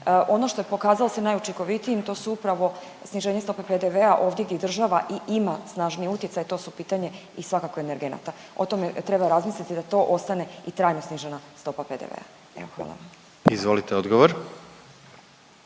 Ono što je pokazalo se najučinkovitijim to su upravo sniženje stope PDV-a ovdje gdje država i ima snažniji utjecaj to su pitanje i svakako energenata, o tome treba razmisliti da to ostane i trajno snižena stopa PDV-a. Evo hvala. **Jandroković,